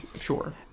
sure